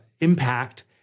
impact